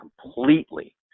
completely